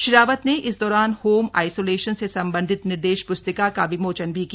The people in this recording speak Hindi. श्री रावत ने इस दौरान होम आइसोलेशन से सम्बन्धित निर्देश पुस्तिका का विमोचन भी किया